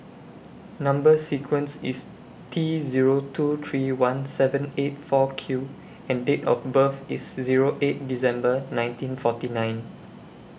Number sequence IS T Zero two three one seven eight four Q and Date of birth IS Zero eight December nineteen forty nine